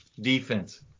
defense